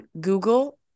google